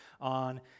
on